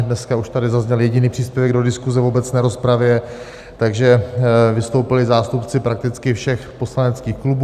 Dneska už tady zazněl jediný příspěvek do diskuze v obecné rozpravě, takže vystoupili zástupci prakticky všech poslaneckých klubů.